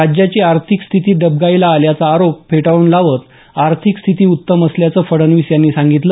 राज्याची आर्थिक स्थिती डबघाईला आल्याचा आरोप फेटाळून लावत आर्थिक स्थिती उत्तम असल्याचं फडणवीस यांनी सांगितलं